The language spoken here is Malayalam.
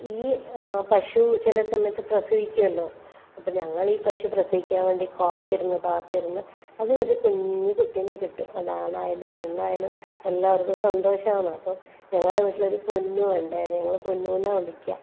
ഈ പശു ചില സമയത്ത് പ്രസവിക്കുവല്ലോ അപ്പം ഞങ്ങളീ പശു പ്രസവിക്കാൻ വേണ്ടി കാത്തിരുന്ന് കാത്തിരുന്ന് അതും ഒരു കുഞ്ഞ് കുട്ടീനെ കിട്ടും അത് ആണായാലും പെണ്ണായാലും എല്ലാവർക്കും സന്തോഷമാണ് അപ്പം ഞങ്ങളുടെ വീട്ടിലൊരു പൊന്നു ഉണ്ടേ ഞങ്ങള് പോന്നൂന്നാ വിളിക്കുക